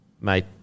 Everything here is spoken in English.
Mate